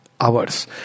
hours